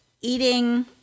eating